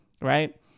Right